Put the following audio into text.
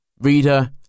Reader